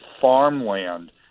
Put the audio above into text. farmland